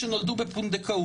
שוב פעם,